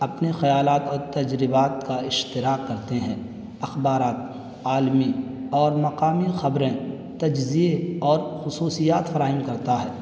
اپنے خیالات اور تجربات کا اشتراک کرتے ہیں اخبارات عالمی اور مقامی خبریں تجزیے اور خصوصیات فراہم کرتا ہے